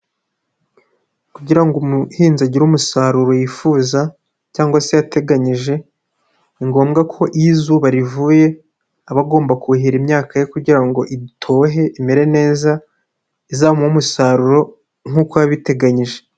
Kugira ngo umuhinzi agire umusaruro yifuza cyangwa se yateganyije, ni ngombwa ko iyo izuba rivuye aba agomba kuhira imyaka ye kugira ngo itohe imere neza, izamuhe umusaruro nkuko yabiteganyije.